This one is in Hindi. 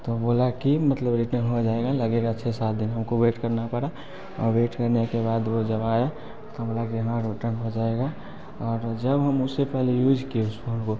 तो बोला कि मतलब रिटर्न हो जाएगा लगेगा छ सात दिन हमको वेट करना पड़ा और वेट करने के बाद वो जब आया तो बोला कि हाँ रिटन हो जाएगा और जब हम उसे पहले यूज किए उस फ़ोन को